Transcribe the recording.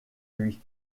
lui